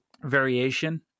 variation